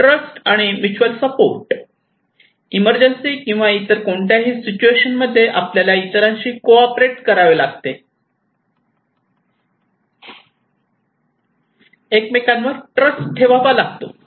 trust and mutual support emergency किंवा इतर कोणत्याही सिच्युएशनमध्ये आपल्याला इतरांशी को ऑपरेट करावे लागते एकमेकांवर ट्रस्ट ठेवावा लागतो